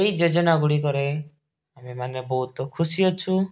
ଏଇ ଯୋଜନା ଗୁଡ଼ିକରେ ଆମେମାନେ ବହୁତ ଖୁସିଅଛୁ